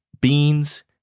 beans